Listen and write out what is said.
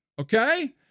okay